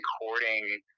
recording